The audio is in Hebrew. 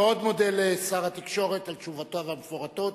אני מאוד מודה לשר התקשורת על תשובותיו המפורטות,